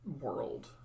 world